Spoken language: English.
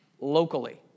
locally